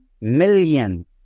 million